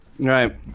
Right